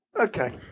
okay